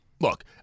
look